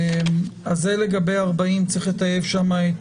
זה לגבי סעיף 40. צריך לטייב שם את